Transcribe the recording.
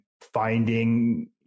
finding